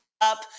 up